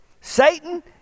Satan